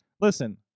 Listen